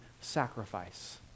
sacrifice